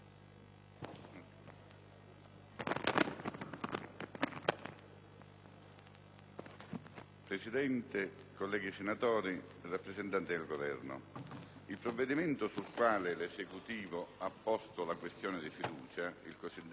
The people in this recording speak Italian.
Presidente, colleghi senatori, rappresentanti del Governo, il provvedimento sul quale l'Esecutivo ha posto la questione di fiducia, il cosiddetto milleproroghe,